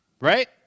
right